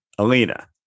Alina